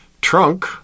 trunk